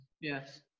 Yes